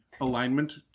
alignment